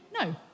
No